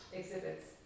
exhibits